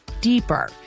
deeper